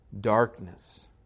darkness